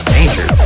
Danger